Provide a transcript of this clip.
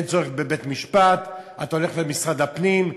אין צורך בבית-משפט, אתה הולך למשרד הפנים.